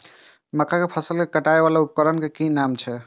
मक्का के फसल कै काटय वाला उपकरण के कि नाम छै?